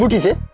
but is it?